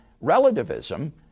relativism